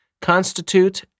constitute